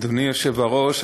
אדוני היושב-ראש,